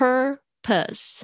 Purpose